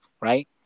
right